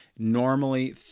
Normally